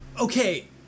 Okay